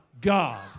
God